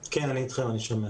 כן, אני אתכם.